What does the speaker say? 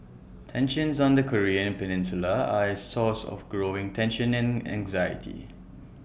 tensions on the Korean peninsula are A source of growing tension and anxiety